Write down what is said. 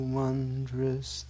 wondrous